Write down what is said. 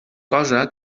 cosa